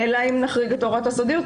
אלא אם נחריג את הוראת הסודיות,